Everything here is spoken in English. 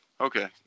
Okay